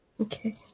Okay